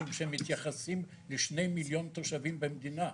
משום שהם מתייחסים ל-2,000,000 תושבים במדינה,